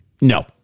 No